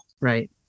Right